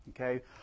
Okay